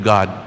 God